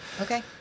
Okay